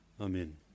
Amen